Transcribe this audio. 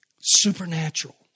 Supernatural